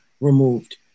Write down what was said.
removed